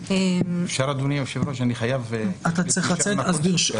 יש לי פגישה בחוץ.